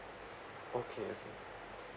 okay okay